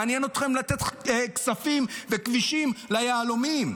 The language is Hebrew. מעניין אתכם לתת כספים וכבישים ליהלומים.